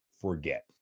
forget